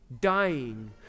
dying